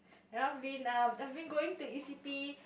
you know I've been um I've been going to E_C_P